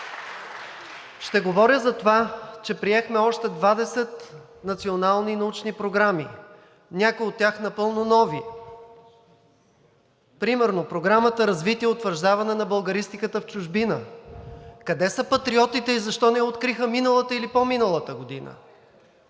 Ще говоря за това, че приехме още 20 национални научни програми, някои от тях напълно нови. Примерно Програма „Развитие и утвърждаване на Българистиката в чужбина“. Къде са патриотите и защо не я откриха миналата или по-миналата година?